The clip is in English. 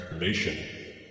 nation